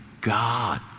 God